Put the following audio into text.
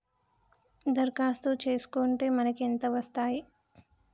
దరఖాస్తు చేస్కుంటే మనకి ఎంత వస్తాయి?